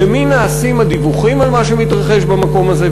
למי נעשים הדיווחים על מה שמתרחש במקום הזה?